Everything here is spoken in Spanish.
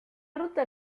ruta